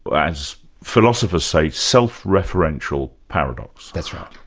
as philosopher's say, self-referential paradox. that's right,